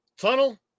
Tunnel